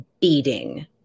beating